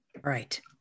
Right